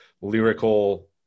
lyrical